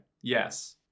Yes